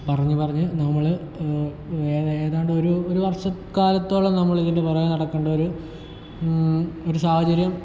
പറഞ്ഞ് പറഞ്ഞ് നമ്മൾ ഏതാണ്ട് ഒരു ഒരു വർഷ കാലത്തോളം നമ്മൾ ഇതിൻ്റെ പുറകിൽ നടക്കേണ്ട ഒരു ഒരു സാഹചര്യം